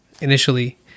initially